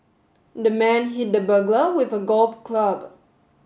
the man hit the burglar with a golf club